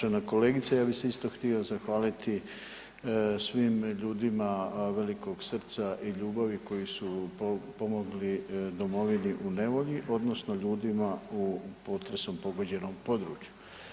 Evo uvažena kolegice, ja bih se isto htio zahvaliti svim ljudima velikog srca i ljubavi koji su pomogli domovini u nevolji odnosno ljudima u potresom pogođenom području.